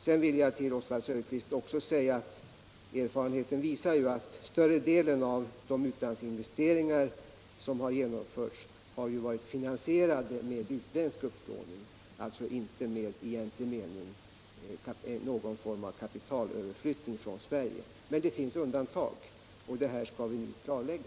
Sedan vill jag till Oswald Söderqvist också säga att erfarenheten visar att större delen av de utlandsinvesteringar som genomförts har varit finansierade med utländsk upplåning och alltså inte i egentlig mening med någon form av kapitalöverflyttning från Sverige. Men det finns undantag, och detta skall vi nu klarlägga.